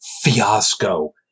fiasco